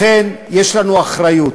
לכן יש לנו אחריות,